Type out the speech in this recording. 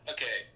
Okay